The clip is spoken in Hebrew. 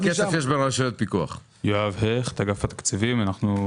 רשויות פיקוח הן תחת משרד האוצר, נכון?